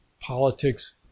politics